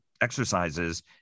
exercises